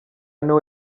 niho